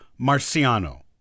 marciano